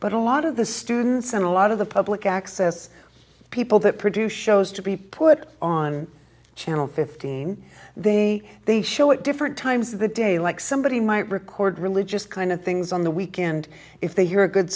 but a lot of the students and a lot of the public access people that produce shows to be put on channel fifteen they they show at different times of the day like somebody might record religious kind of things on the weekend if they hear a good